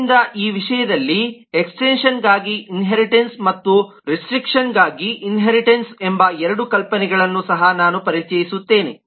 ಆದ್ದರಿಂದ ಈ ವಿಷಯದಲ್ಲಿ ಎಕ್ಸ್ಟೆನ್ಶನ್ಗಾಗಿ ಇನ್ಹೇರಿಟನ್ಸ್ ಮತ್ತು ರೆಸ್ಟ್ರಿಕ್ಷನ್ಗಾಗಿ ಇನ್ಹೇರಿಟನ್ಸ್ ಎಂಬ ಎರಡು ಕಲ್ಪನೆಗಳನ್ನು ಸಹ ನಾನು ಪರಿಚಯಿಸುತ್ತೇನೆ